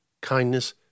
kindness